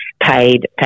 paid